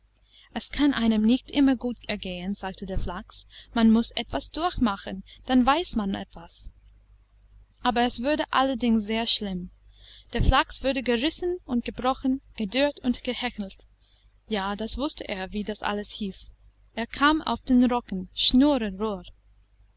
es kann einem nicht immer gut ergehen sagte der flachs man muß etwas durchmachen dann weiß man etwas aber es wurde allerdings sehr schlimm der flachs wurde gerissen und gebrochen gedörrt und gehechelt ja das wußte er wie das alles hieß er kam auf den rocken schnurre